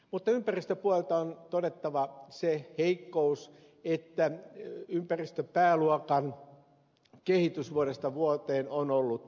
mutta ympäristöpuolelta on todettava se heikkous että ympäristöpääluokan kehitys vuodesta vuoteen on ollut laskeva